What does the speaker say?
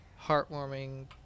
heartwarming